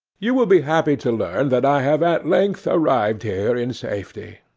you will be happy to learn that i have at length arrived here in safety.